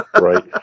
Right